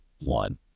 one